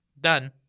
Done